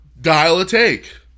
Dial-A-Take